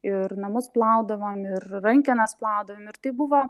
ir namus plaudavom ir rankenas plaudavom ir tai buvo